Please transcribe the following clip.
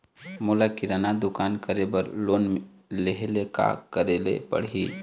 मोला किराना दुकान करे बर लोन लेहेले का करेले पड़ही?